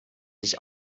sich